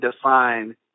define